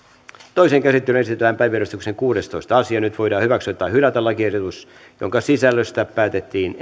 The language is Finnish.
toiseen käsittelyyn esitellään päiväjärjestyksen kuudestoista asia nyt voidaan hyväksyä tai hylätä lakiehdotus jonka sisällöstä päätettiin